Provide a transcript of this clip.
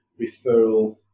referral